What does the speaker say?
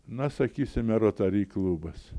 na sakysime rotary klubas